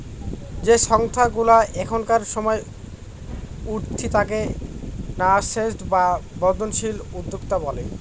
যে সংস্থাগুলা এখনকার সময় উঠতি তাকে ন্যাসেন্ট বা বর্ধনশীল উদ্যোক্তা বলে